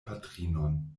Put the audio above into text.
patrinon